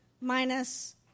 minus